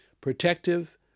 protective